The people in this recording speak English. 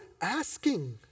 asking